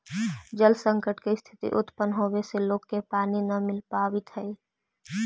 जल संकट के स्थिति उत्पन्न होवे से लोग के पानी न मिल पावित हई